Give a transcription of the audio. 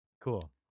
Cool